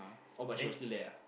!huh! oh but she was still there ah